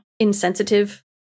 Insensitive